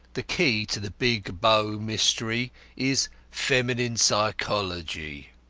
the key to the big bow mystery is feminine psychology.